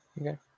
Okay